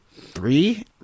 three